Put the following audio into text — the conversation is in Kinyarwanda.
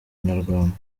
nyarwanda